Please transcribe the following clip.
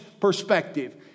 perspective